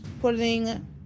putting